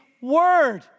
word